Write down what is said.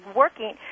working